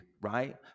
right